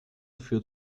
führt